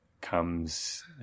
comes